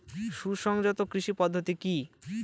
সুসংহত কৃষি পদ্ধতি কি?